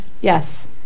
Yes